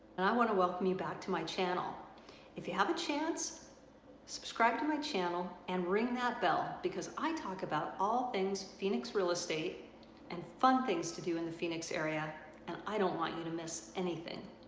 and i want to welcome you back to my channe l if you have a chance subscribe to my channel and ring that bell because i talk about all things phoenix real estate and fun things to do in the phoenix area and i don't want you to miss anything.